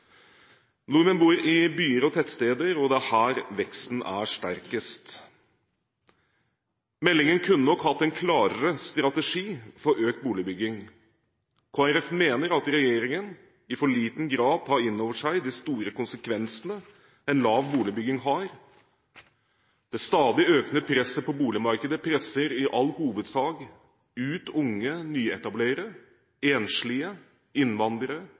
Nordmenn bor i byer og tettsteder, og det er her veksten er sterkest. Meldingen kunne nok hatt en klarere strategi for økt boligbygging. Kristelig Folkeparti mener at regjeringen i for liten grad tar inn over seg de store konsekvensene en lav boligbygging har. Det stadig økende presset på boligmarkedet presser i all hovedsak ut unge nyetablerere, enslige, innvandrere